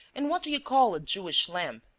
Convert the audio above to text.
and what do you call a jewish lamp?